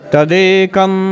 Tadekam